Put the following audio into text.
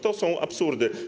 To są absurdy.